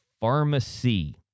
pharmacy